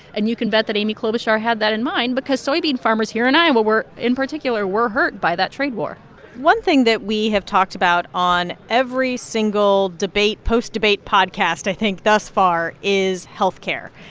and you can bet that amy klobuchar had that in mind because soybean farmers here in iowa were in particular were hurt by that trade war one thing that we have talked about on every single debate post debate podcast i think thus far is health care.